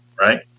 right